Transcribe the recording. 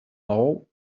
all